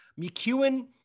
McEwen